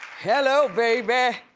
hello baby!